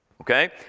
Okay